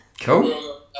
Cool